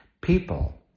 People